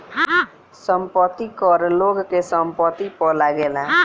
संपत्ति कर लोग के संपत्ति पअ लागेला